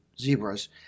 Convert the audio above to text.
zebras